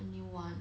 the new [one]